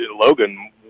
Logan